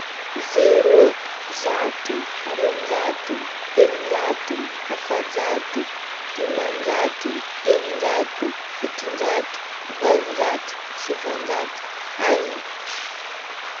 Zero, zato, aroanjato, telonjato, efajato, dimanjato, eninjato, fitonjato, valonjato, sivanjato, arivo.